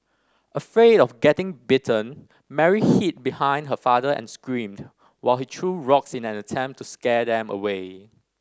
afraid of getting bitten Mary hid behind her father and screamed while he threw rocks in an attempt to scare them away